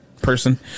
person